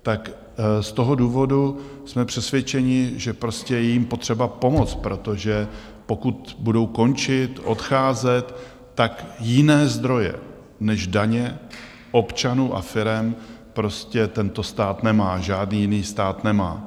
Z toho důvodu jsme přesvědčeni, že je potřeba jim pomoci, protože pokud budou končit, odcházet, tak jiné zdroje než daně občanů a firem prostě tento stát nemá a žádný jiný stát nemá.